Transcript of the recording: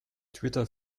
twitter